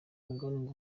umugani